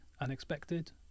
unexpected